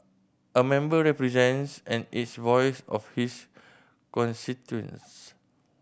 a member represents and is voice of his constituents